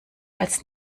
als